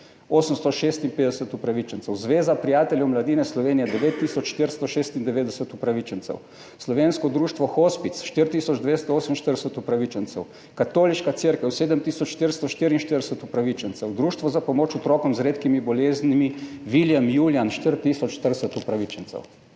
856 upravičencev, Zveza prijateljev mladine Slovenije 9 tisoč 496 upravičencev, Slovensko društvo Hospic 4 tisoč 248 upravičencev, Katoliška cerkev 7 tisoč 444 upravičencev, Društvo za pomoč otrokom z redkimi boleznimi Viljem Julijan 4 tisoč 40 upravičencev.